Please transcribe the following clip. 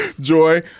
Joy